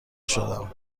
شدم